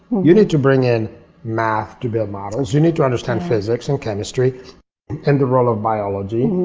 you need to bring in math to build models. you need to understand physics and chemistry and the role of biology.